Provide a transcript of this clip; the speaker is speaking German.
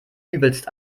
übelst